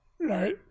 right